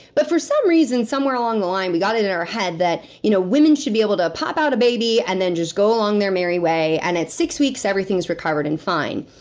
but for some reason, somewhere along the line, we got it in our head, that you know women should be able to pop out a baby, and then just go along their merry way, and at six weeks, everything's recovered and fine.